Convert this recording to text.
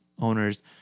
owners